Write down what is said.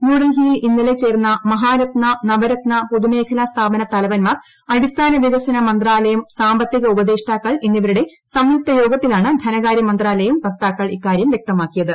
ന്യൂഡൽഹിയിൽ ഇന്നലെ ചേർന്ന മഹാരത്ന നവരത്ന പൊതുമേഖലാ സ്ഥാപന തലവന്മാർ അടിസ്ഥാന വികസന മന്ത്രാലയം സാമ്പത്തിക ഉപദേഷ്ടാക്കൾ എന്നിവരുടെ സംയുക്ത യോഗത്തിലാണ് ധനകാര്യ മന്ത്രാലയം വക്താക്കൾ ഇക്കാര്യം വ്യക്തമാക്കിയത്